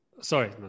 sorry